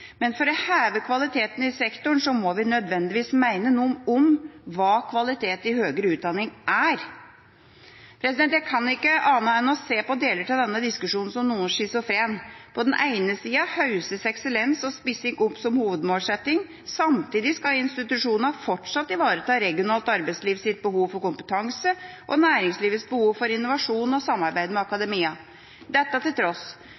Men for å heve kvaliteten i sektoren må vi nødvendigvis mene noe om hva kvalitet i høgere utdanning er. Jeg kan ikke annet enn å se på deler av denne diskusjonen som noe schizofren. På den ene siden hauses eksellense og spissing opp som hovedmålsetting. Samtidig skal institusjonene fortsatt ivareta regionalt arbeidslivs behov for kompetanse og næringslivets behov for innovasjon og samarbeid med akademia. Dette til tross: